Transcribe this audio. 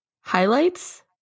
Highlights